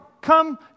come